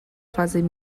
fazem